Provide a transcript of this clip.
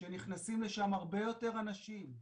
שנכנסים לשם הרבה יותר אנשים,